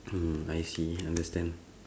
hmm I see understand